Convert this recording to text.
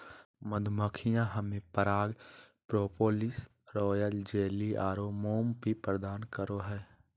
मधुमक्खियां हमें पराग, प्रोपोलिस, रॉयल जेली आरो मोम भी प्रदान करो हइ